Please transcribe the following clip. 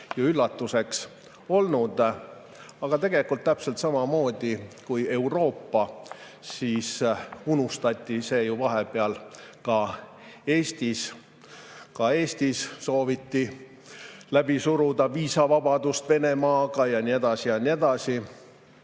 üllatuseks olnud. Aga tegelikult täpselt samamoodi kui Euroopas unustati see ju vahepeal ka Eestis. Ka Eestis sooviti läbi suruda viisavabadust Venemaaga ja nii edasi ja nii edasi.